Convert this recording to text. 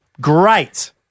great